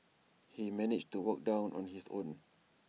he managed to walk down on his own